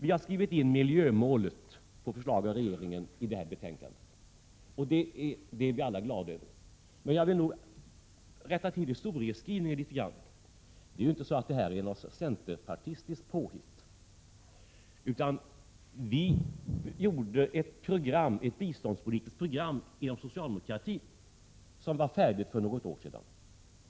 Vi har på förslag av regeringen skrivit in miljömålet i detta betänkande. Det är vi alla glada över, men jag vill nog rätta till historieskrivningen något. Detta är inte något centerpartistiskt påhitt utan vi inom socialdemokratin gjorde ett biståndspolitiskt program som var färdigt för något år sedan.